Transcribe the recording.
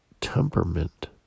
temperament